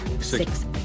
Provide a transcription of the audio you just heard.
six